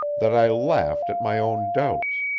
that i laughed at my own doubts,